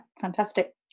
fantastic